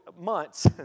months